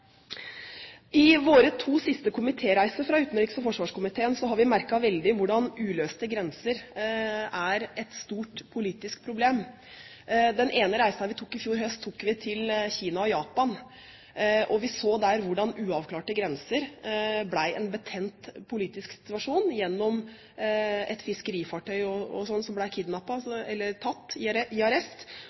to siste komitéreiser har vi merket veldig hvordan uløste grenser er et stort politisk problem. Den ene reisen vi foretok i fjor høst, var til Kina og Japan. Vi så der hvordan uavklarte grenser ble en betent politisk situasjon ved at et fiskefartøy ble tatt i arrest, og vi så det nå, da vi var i